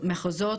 מחוזות,